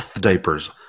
diapers